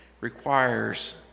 requires